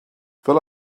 fel